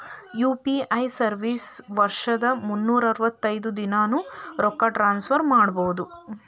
UPI service ವರ್ಷದ್ ಮುನ್ನೂರ್ ಅರವತ್ತೈದ ದಿನಾನೂ ರೊಕ್ಕ ಟ್ರಾನ್ಸ್ಫರ್ ಮಾಡ್ಬಹುದು